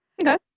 Okay